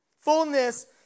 Fullness